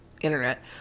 internet